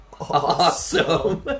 Awesome